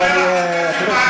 מילים,